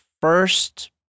first